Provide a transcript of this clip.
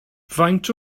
faint